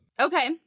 Okay